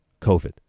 COVID